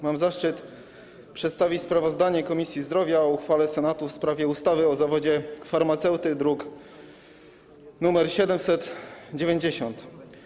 Mam zaszczyt przedstawić sprawozdanie Komisji Zdrowia o uchwale Senatu w sprawie ustawy o zawodzie farmaceuty, druk nr 790.